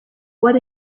what